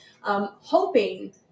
hoping